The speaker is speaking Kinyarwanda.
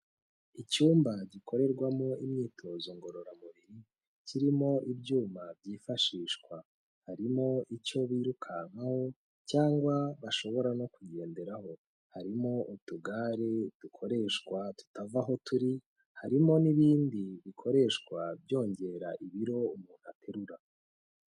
Icyumba gikorerwamo imyitozo ngororamubiri kirimo ibyuma byifashishwa, harimo icyo birukankaho cyangwa bashobora no kugenderaho, harimo utugare dukoreshwa tutava aho turi, harimo n'ibindi bikoreshwa byongera ibiro umuntu aterura.